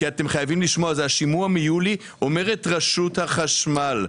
כי אתם חייבים לשמוע בשימוע מיולי אומרת רשות החשמל: